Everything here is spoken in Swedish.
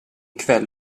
kväll